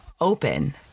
open